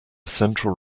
central